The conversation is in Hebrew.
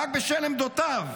רק בשל עמדותיו.